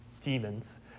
demons